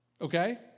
okay